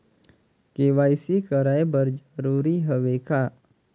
KYC कराय बर जरूरी हवे का?